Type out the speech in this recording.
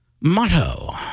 motto